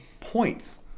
points